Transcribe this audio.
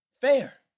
fair